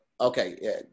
Okay